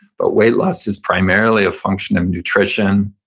but weight loss is primarily a function of nutrition,